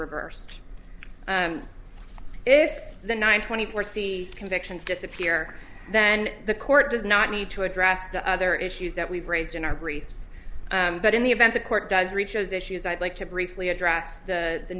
reversed if the ninth twenty four c convictions disappear then the court does not need to address the other issues that we've raised in our briefs but in the event the court does reach those issues i'd like to briefly address the